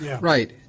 Right